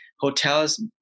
hotels